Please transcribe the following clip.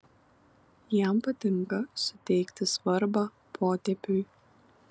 jam patinka suteikti svarbą potėpiui